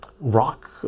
rock